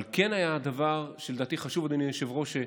אבל כן היה דבר שלדעתי חשוב, אדוני היושב-ראש,